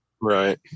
right